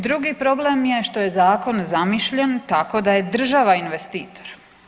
Drugi problem je što je zakon zamišljen tako da je država investitor.